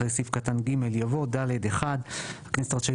אחרי סעיף קטן (ג) יבוא: "(ד) (1) הכנסת רשאית